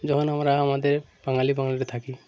যখন আমরা আমাদের বাঙালি বাঙালিতে থাকি